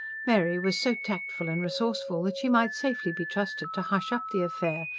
mary was so tactful and resourceful that she might safely be trusted to hush up the affair,